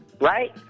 right